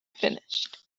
finished